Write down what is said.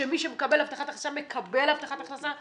שמי שמקבל הבטחת הכנסה מקבל הבטחת הכנסה,